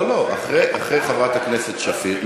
לא לא, אחרי חברת הכנסת שפיר.